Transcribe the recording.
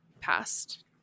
past